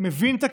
אמרתי את זה.